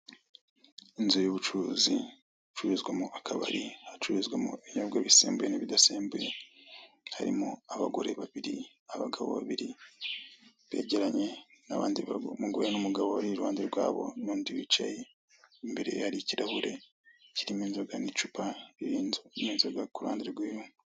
Inzu y'ubucuruzi icururizwamo akabari hacururizwamo ibinyobwa bisembuye n'ibidasembuye harimo abagore babiri abagabo babiri begeranye nabandi umugore n'umugabo bari iruhande rwabo nundi wicaye imbere ye hari ikirahure kirimo inzoga n'icupa nindi nzoga kuruhande rwiwe.